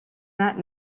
that